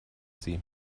sie